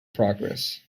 progress